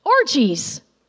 orgies